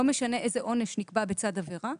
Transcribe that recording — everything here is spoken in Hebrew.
לא משנה איזה עונש נקבע בצד עבירה,